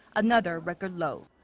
another record low.